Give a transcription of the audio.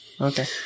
okay